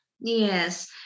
Yes